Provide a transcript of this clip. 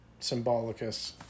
Symbolicus